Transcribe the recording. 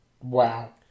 Wow